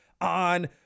on